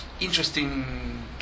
interesting